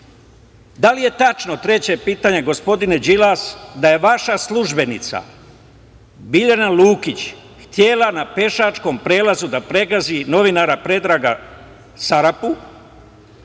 da li je tačno, gospodine Đilas, da je vaša službenica Biljana Lukić htela na pešačkom prelazu da pregazi novinara Predraga Sarapu,